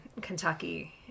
Kentucky